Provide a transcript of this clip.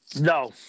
No